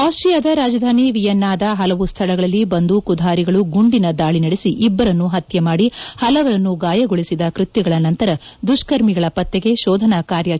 ಆಸ್ಟೀಯಾದ ರಾಜಧಾನಿ ವಿಯೆನ್ನಾದ ಹಲವು ಸ್ಥಳಗಳಲ್ಲಿ ಬಂಧೂಕುಧಾರಿಗಳು ಗುಂಡಿನ ದಾಳಿ ನಡೆಸಿ ಇಬ್ಬರನ್ನು ಹತ್ಯೆ ಮಾಡಿ ಹಲವರನ್ನು ಗಾಯಗೊಳಿಸಿದ ಕೃತ್ಯಗಳ ನಂತರ ದುಷ್ಕರ್ಮಿಗಳ ಪತ್ತೆಗೆ ಶೋಧನಾ ಕಾರ್ಯಾಚರಣೆ ತೀವ್ರಗೊಂಡಿದೆ